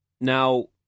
Now